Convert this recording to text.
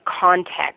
context